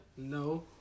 No